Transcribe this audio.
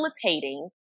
facilitating